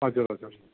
हजुर हजुर